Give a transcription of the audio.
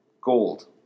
Gold